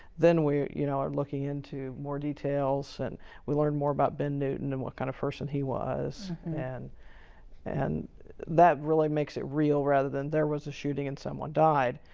then we you know are looking into more details, and we learned more about ben newton and what kind of person he was. and and that really makes it real, rather than there was a shooting and someone died.